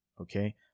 okay